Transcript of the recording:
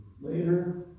later